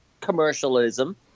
commercialism